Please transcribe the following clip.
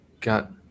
got